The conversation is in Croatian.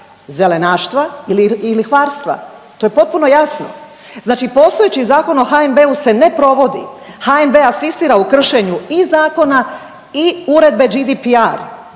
zelenaštva i lihvarstva, to je potpuno jasno. Znači postojeći Zakon o HNB-u se ne provodi, HNB asistira u kršenju i Zakona i uredbe GDPR.